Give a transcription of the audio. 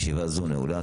ישיבה זו נעולה.